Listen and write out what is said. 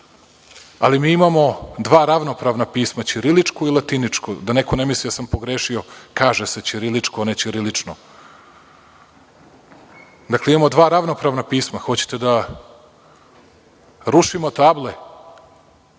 ali mi imamo dva ravnopravna pisma, ćiriličko i latiničko. Da neko ne misli da sam pogrešio, kaže se ćiriličko, a ne ćirilično. Dakle, imamo dva ravnopravna pisma, hoćete da rušimo table,